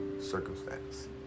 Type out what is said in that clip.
circumstance